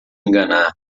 enganar